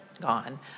gone